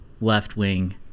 left-wing